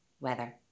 weather